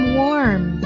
warm